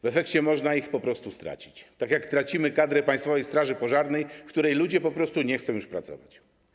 W efekcie można ich po prostu stracić, tak jak tracimy kadrę Państwowej Straży Pożarnej, w której ludzie po prostu nie chcą już pracować.